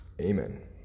Amen